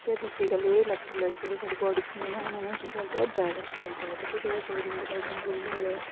ਦੂਸਰੀ ਗੱਲ ਇਹ ਇਲੈਕਟੋਰੇਟ ਜਿਹੜੇ ਸਾਡੇ ਬਾਡੀ 'ਚ ਹੁੰਦੇ ਨੇ ਉਹਨਾਂ ਨੂੰ ਕੀ ਕਰਦਾ ਬੈਂਲਸ ਕਰਦਾ ਠੀਕ ਆ ਜਿਹਦਾ ਵਗੈਰਾ